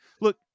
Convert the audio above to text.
Look